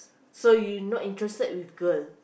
so you not interested with girl